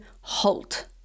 halt